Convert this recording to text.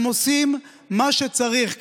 הם עושים מה שצריך.